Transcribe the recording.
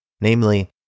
namely